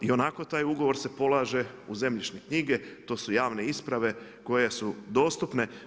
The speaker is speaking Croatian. Ionako taj ugovor se polaže u zemljišne knjige, to su javne isprave koje su dostupne.